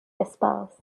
espace